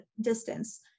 distance